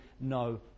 no